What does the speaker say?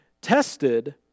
tested